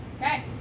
Okay